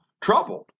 troubled